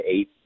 eight